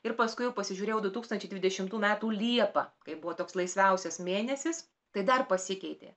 ir paskui pasižiūrėjau du tūkstančiai dvidešimtų metų liepą kai buvo toks laisviausias mėnesis tai dar pasikeitė